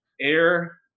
air